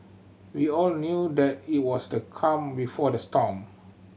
we all knew that it was the calm before the storm